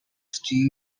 steve